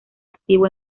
activo